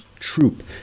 Troop